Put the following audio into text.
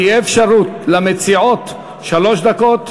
תהיה אפשרות למציעות שלוש דקות.